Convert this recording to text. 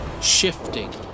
shifting